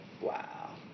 Wow